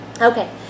Okay